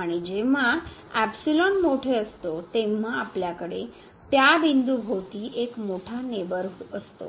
आणि जेव्हा मोठे असते तेव्हा आपल्याकडे त्या बिंदूभोवती एक मोठा नेबरहूड असतो